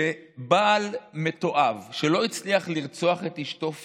כשבעל מתועב שלא הצליח לרצוח את אשתו פיזית,